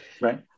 Right